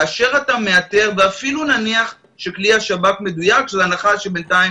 כאשר אתה מאתר אפילו נניח שכלי השב"כ הוא מדויק שזו הנחה שבינתיים